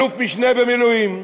אלוף-משנה במילואים,